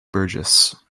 burgess